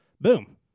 boom